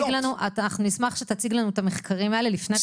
אנחנו נשמח שתציג לנו את המחקרים האלה לפני כן,